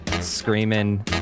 screaming